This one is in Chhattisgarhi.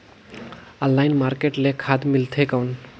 ऑनलाइन मार्केट ले खाद मिलथे कौन?